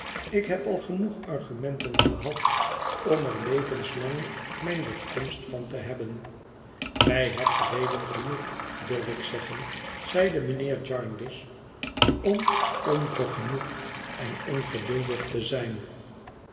ik heb al genoeg argumenten gehad om er levenslang mijn bekomst van te hebben gij hebt reden genoeg durf ik zeggen zeide mijnheer jarndyce om onvergenoegd en ongeduldig te zijn